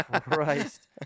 Christ